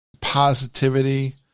positivity